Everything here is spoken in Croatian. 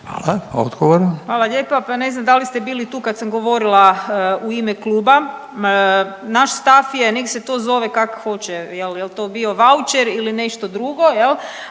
Andreja (SDP)** Hvala lijepa. Pa ne znam da li ste bili tu kad sam govorila u ime kluba. Naš stav je, nek se to zove kak hoće, je l', je l' to bio vaučer ili nešto drugo, je l',